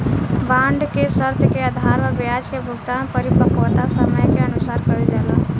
bond के शर्त के आधार पर ब्याज के भुगतान परिपक्वता समय के अनुसार कईल जाला